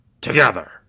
together